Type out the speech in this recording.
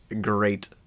great